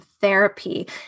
therapy